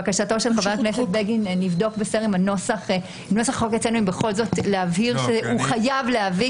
ולבקשתו של חבר הכנסת בגין נבדוק אם בכל זאת להבהיר שהוא חייב להביא.